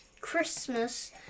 Christmas